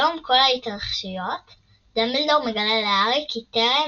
בתום כל ההתרחשויות דמבלדור מגלה להארי כי טרם